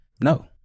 No